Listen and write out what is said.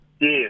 Yes